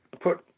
put